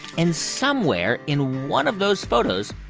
and somewhere in one of those photos,